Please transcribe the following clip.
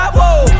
Whoa